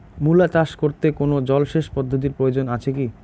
মূলা চাষ করতে কোনো জলসেচ পদ্ধতির প্রয়োজন আছে কী?